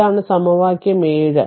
ഇതാണ് സമവാക്യം 7